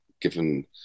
given